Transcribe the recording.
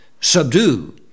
subdue